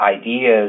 ideas